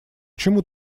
чему